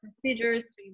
procedures